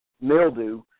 mildew